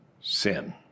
sin